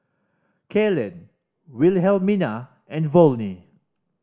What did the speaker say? Kaylan Wilhelmina and Volney